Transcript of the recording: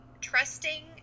trusting